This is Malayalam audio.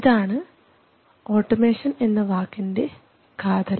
ഇതാണ് ഓട്ടോമേഷൻ എന്ന വാക്കിൻറെ കാതൽ